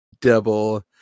Double